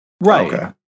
Right